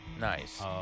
Nice